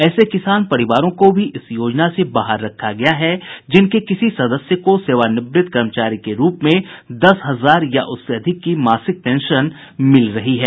ऐसे किसान परिवारों को भी इस योजना से बाहर रखा गया है जिनके किसी सदस्य को सेवानिवृत कर्मचारी के रुप में दस हजार या उससे अधिक की मासिक पेंशन मिल रही है